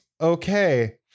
okay